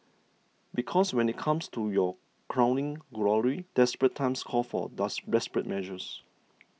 because when it comes to your crowning glory desperate times call for desperate measures